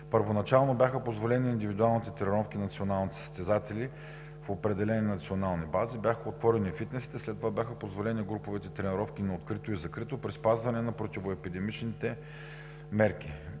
Първоначално бяха позволени индивидуалните тренировки на националните състезатели в определени национални бази, бяха отворени фитнесите, след това бяха позволени груповите тренировки на открито и закрито при спазване на противоепидемичните мерки.